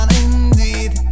indeed